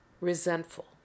resentful